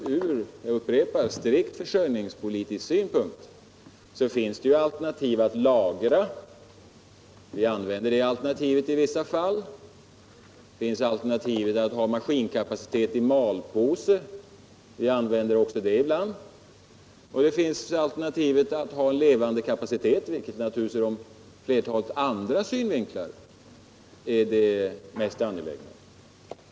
Jag upprepar att från strikt försörjningsberedskapssynpunkt finns alternativet att lagra — vi använder det alternativet i vissa fall —-, alternativet att ha maskinkapacitet i malpåse — vi använder även det = Försörjningsberedalternativet ibland — och alternativet att ha levande kapacitet, vilket na — skapen på tekoomturligtvis ur flertalet andra synvinklar är det mest angelägna.